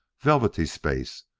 velvety space,